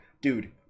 dude